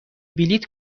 بلیط